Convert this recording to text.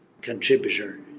contributor